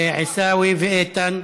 עיסאווי ואיתן,